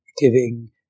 giving